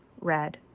Red